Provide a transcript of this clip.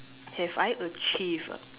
have I achieved ah